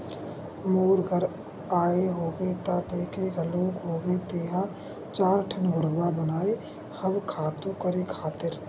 मोर घर आए होबे त देखे घलोक होबे तेंहा चार ठन घुरूवा बनाए हव खातू करे खातिर